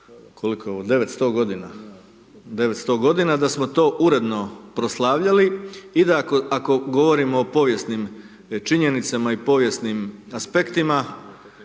900 g., da smo to uredno proslavljali i da ako govorimo o povijesnim činjenicama i povijesnim aspektima,